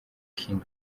king